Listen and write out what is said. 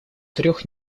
трех